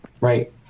Right